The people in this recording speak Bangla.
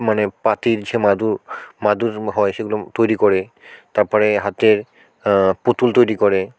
মানে পাটির যে মাদুর মাদুর হয় সেগুলো তৈরি করে তাপরে হাতের পুতুল তৈরি করে